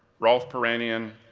rolf piranian,